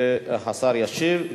והשר ישיב.